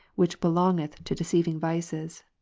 which belongeth to deceiving vices.